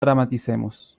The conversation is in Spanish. dramaticemos